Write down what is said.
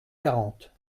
quarante